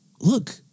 look